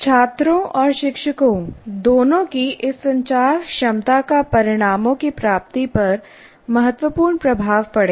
छात्रों और शिक्षकों दोनों की इस संचार क्षमता का परिणामों की प्राप्ति पर महत्वपूर्ण प्रभाव पड़ेगा